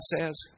says